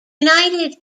united